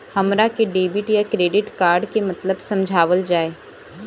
हमरा के डेबिट या क्रेडिट कार्ड के मतलब समझावल जाय?